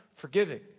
forgiving